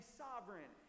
sovereign